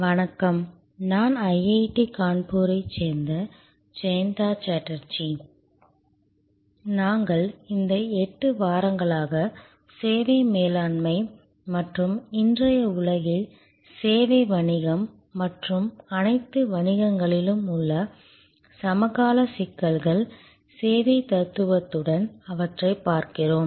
வணக்கம் நான் ஐஐடி கான்பூரைச் சேர்ந்த ஜெயந்தா சாட்டர்ஜி நாங்கள் இந்த 8 வாரங்களாக சேவை மேலாண்மை மற்றும் இன்றைய உலகில் சேவை வணிகம் மற்றும் அனைத்து வணிகங்களிலும் உள்ள சமகால சிக்கல்கள் சேவைத் தத்துவத்துடன் அவற்றைப் பார்க்கிறோம்